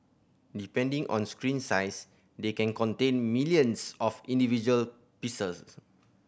depending on screen size they can contain millions of individual pixels